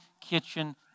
kitchen